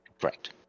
Correct